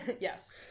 Yes